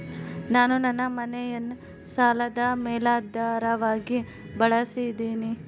ನಾನು ನನ್ನ ಮನೆಯನ್ನ ಸಾಲದ ಮೇಲಾಧಾರವಾಗಿ ಬಳಸಿದ್ದಿನಿ